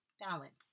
Balance